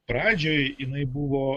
pradžioj jinai buvo